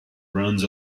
runs